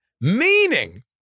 meaning